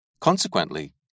Consequently